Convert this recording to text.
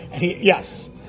yes